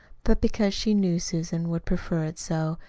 but because she knew susan would prefer it so,